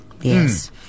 Yes